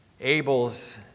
Abel's